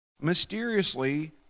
mysteriously